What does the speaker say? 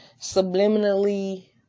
subliminally